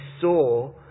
saw